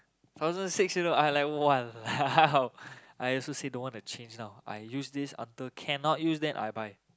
thousand six you know I like !walao! I also say don't want to change now I use this until cannot use then I buy